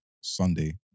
Sunday